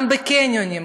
גם בקניונים,